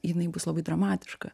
jinai bus labai dramatiška